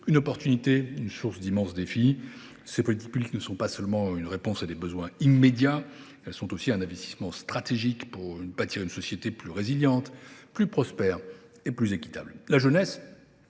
une chance et une source d’immenses défis. Les politiques conduites en ce domaine ne sont pas seulement une réponse à des besoins immédiats ; elles sont aussi un investissement stratégique visant à bâtir une société plus résiliente, plus prospère et plus équitable. La jeunesse